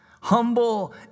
humble